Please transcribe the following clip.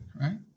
right